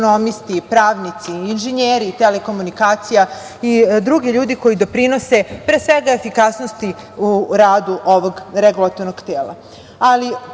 pravnici, inženjeri telekomunikacija i drugi ljudi koji doprinose, pre svega, efikasnosti u radu ovog Regulatornog